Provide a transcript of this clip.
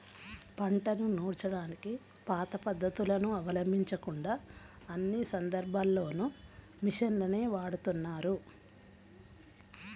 పంటను నూర్చడానికి పాత పద్ధతులను అవలంబించకుండా అన్ని సందర్భాల్లోనూ మిషన్లనే వాడుతున్నారు